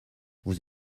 vous